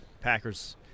Packers